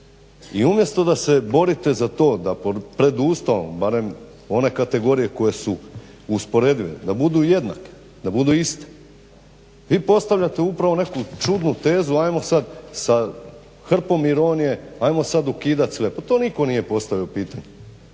I umjesto da se borite za to da pred Ustavom barem one kategorije koje su usporedive, da budu jednake, da budu iste. Vi postavljate upravo neku čudnu tezu, ajmo sad sa hrpom ironije, ajmo sad ukidat sve. Pa to nije nitko postavio pitanje.